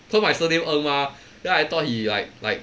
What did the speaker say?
cause my surname ng mah then I thought he like like